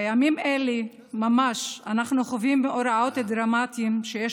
בימים אלה ממש אנחנו חווים מאורעות דרמטיים שיש